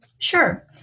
Sure